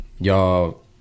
y'all